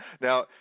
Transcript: now